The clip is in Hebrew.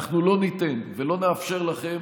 אנחנו לא ניתן ולא נאפשר לכם